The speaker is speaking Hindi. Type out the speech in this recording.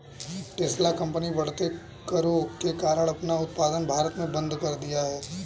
टेस्ला कंपनी बढ़ते करों के कारण अपना उत्पादन भारत में बंद कर दिया हैं